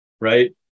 right